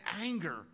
anger